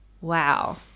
Wow